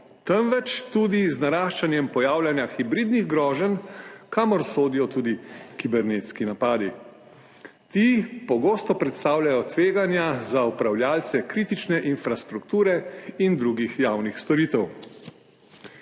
temveč tudi z naraščanjem pojavljanja hibridnih groženj, kamor sodijo tudi kibernetski napadi. Ti pogosto predstavljajo tveganja za upravljavce kritične infrastrukture in drugih javnih storitev.